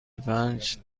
پنج